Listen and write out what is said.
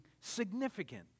significant